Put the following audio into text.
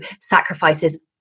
sacrifices